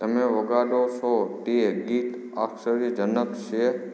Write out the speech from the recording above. તમે વગાડો છો તે ગીત આશ્ચર્યજનક છે